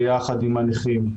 ביחד עם הנכים,